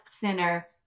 thinner